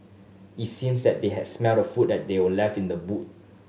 it seems that they had smelt the food that were left in the boot